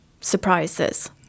surprises